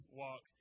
walk